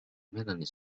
melanie